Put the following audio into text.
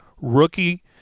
rookie